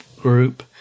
group